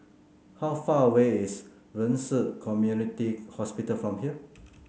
how far away is Ren Ci Community Hospital from here